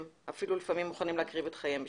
אפילו לפעמים מוכנים להקריב את חייהם בשבילה.